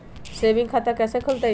Saving खाता कैसे खुलतई?